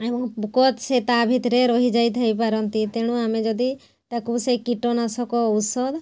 ଏବଂ ପୋକ ସେ ତା ଭିତରେ ରହିଯାଇ ଥାଇପାରନ୍ତି ତେଣୁ ଆମେ ଯଦି ତାକୁ ସେଇ କୀଟନାଶକ ଔଷଧ